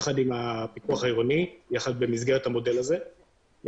יחד עם הפיקוח העירוני במסגרת המודל הזה,